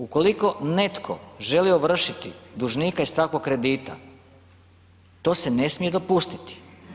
Ukoliko netko želi ovršiti dužnika iz takvog kredita, to se ne smije dopustiti.